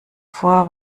vor